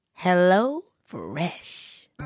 HelloFresh